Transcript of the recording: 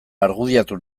argudiatu